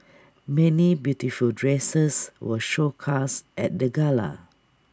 many beautiful dresses were showcased at the gala